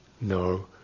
No